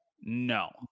No